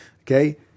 okay